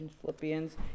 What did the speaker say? Philippians